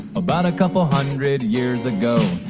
about a couple hundred years ago,